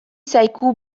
zaigu